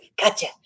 gotcha